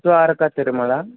Dwaraka Tirumala